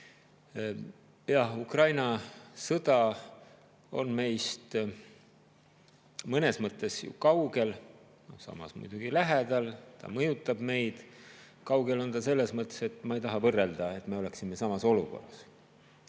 Jah, Ukraina sõda on meist mõnes mõttes ju kaugel, samas muidugi lähedal, see mõjutab meid. Kaugel on see selles mõttes, et ma ei taha võrrelda, justkui me oleksime samas olukorras.